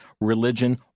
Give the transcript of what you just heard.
religion